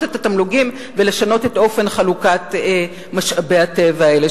את התמלוגים ולשנות את אופן חלוקת משאבי הטבע האלה,